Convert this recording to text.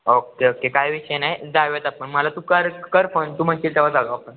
okay okay काय विषय नाही जाऊयात आपण मला तू कर कर फोन तू म्हणशील तेव्हा जाऊया आपण